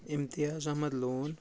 امتیاز Ahmad لون